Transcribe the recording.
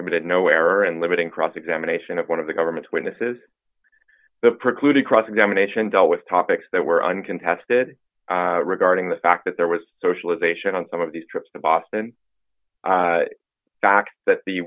committed no error and limiting cross examination of one of the government witnesses the precluded cross examination dealt with topics that were uncontested regarding the fact that there was socialization on some of these trips to boston back th